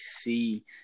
see